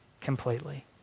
completely